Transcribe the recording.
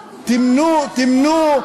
תמנו.